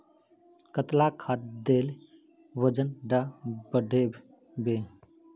कतला खाद देले वजन डा बढ़बे बे?